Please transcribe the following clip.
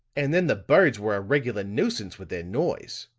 and then the birds were a regular nuisance with their noise.